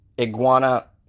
iguana